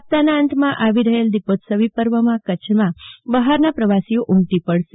સપ્તાહના અંતમાં આવી રહેલ દીપોત્સવી પર્વમાં કચ્છના બહારના પ્રવાસીઓ ઉમટી પડશે